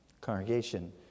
congregation